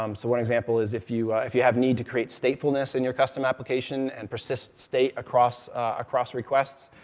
um so one example is, if you if you have the need to create statefulness in your custom application, and persist state across across requests,